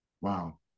wow